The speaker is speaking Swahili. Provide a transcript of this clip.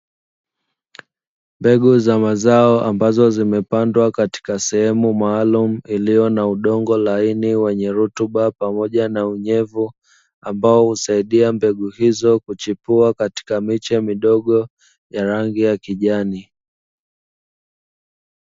Mbegu za mazao ambazo zimepandwa katika sehemu maalumu iliyo na udongo laini wenye rutuba pamoja na unyevu ambao husaidia mbegu hizo kuchipua katika miche midogo ya rangi ya kijani.